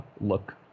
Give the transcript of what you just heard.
look